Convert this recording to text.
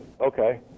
okay